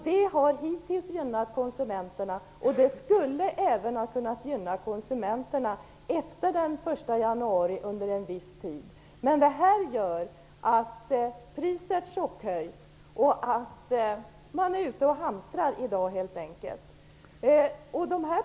Det har hittills gynnat konsumenterna, och det skulle ha kunnat gynna konsumenterna efter den 1 Men det här gör att priset chockhöjs och att man är ute och hamstrar i dag, helt enkelt.